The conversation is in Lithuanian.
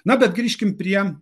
na bet grįžkim prie